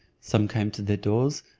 some came to their doors,